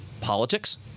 politics